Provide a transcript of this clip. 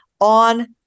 on